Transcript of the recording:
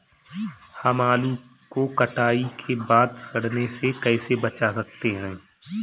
हम आलू को कटाई के बाद सड़ने से कैसे बचा सकते हैं?